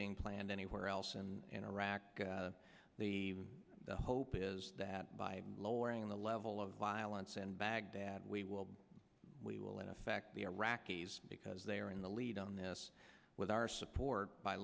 being planned anywhere else and in iraq the hope is that by lowering the level of violence in baghdad we will we will in fact the iraqis because they are in the lead on this with our support by